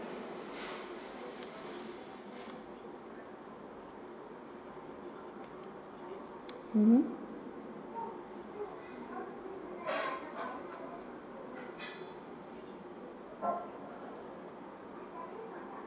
mmhmm